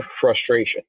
frustration